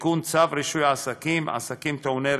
לתיקון צו רישוי עסקים (עסקים טעוני רישוי),